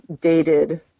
dated